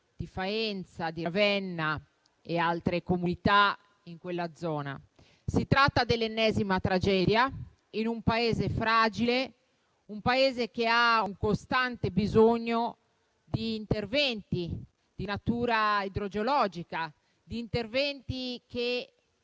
di Faenza, di Ravenna e altre comunità in quella zona. Si tratta dell'ennesima tragedia in un Paese fragile, che ha un costante bisogno di interventi di natura idrogeologica che